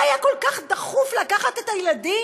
מה היה כל כך דחוף לקחת את הילדים,